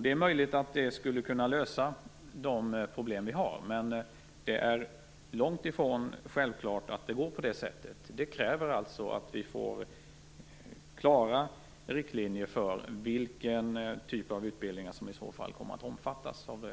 Det är möjligt att det skulle kunna lösa de problem vi har, men det är långt ifrån självklart att det går på det sättet. Det kräver att vi får klara riktlinjer för vilken typ av utbildningar som i så fall kommer att omfattas av